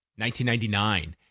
1999